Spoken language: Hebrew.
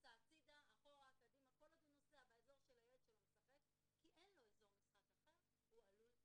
ההורים שלהם מאוד שמחים על זה שהילדים שלהם משתתפים בתכנית הזאת.